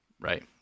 Right